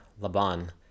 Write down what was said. Laban